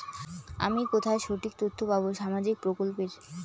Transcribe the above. আমি কোথায় সঠিক তথ্য পাবো সামাজিক প্রকল্পের?